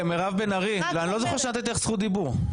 מירב בן ארי, אני לא זוכר שנתתי לך זכות דיבור.